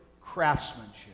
craftsmanship